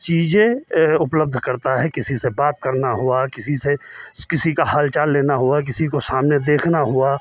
चीज़ें उपलब्ध करता है किसी से बात करना हुआ किसी से सी किसी का हाल चाल लेना हुआ किसी को सामने देखना हुआ